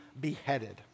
beheaded